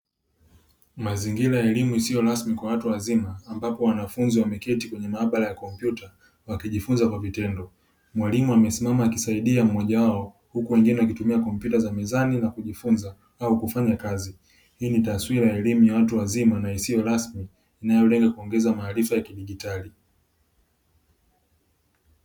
Mazingira ya elimu isiyo rasmi kwa watu wazima ambapo wanafunzi wameketi kwenye maabara ya kompyuta wakijifunza kwa vitendo, mwalimu amesimama akisaidia mmoja wao huku wengine wakitumia kompyuta za mezani na kujifunza au kufanya kazi, hii ni taswira ya elimu ya watu wazima na isiyo rasmi iliyolenga kuongeza maarifa ya kijiditali.